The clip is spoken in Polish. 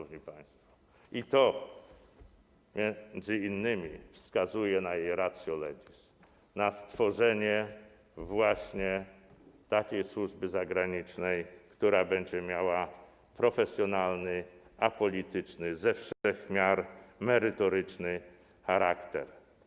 I na to m.in. wskazuje jej ratio legis, na stworzenie właśnie takiej służby zagranicznej, która będzie miała profesjonalny, apolityczny, ze wszech miar merytoryczny charakter.